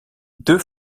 deux